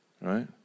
right